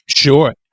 Sure